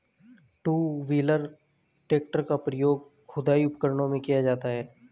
to wheeler tractor का प्रयोग खुदाई उपकरणों में किया जाता हैं